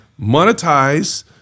monetize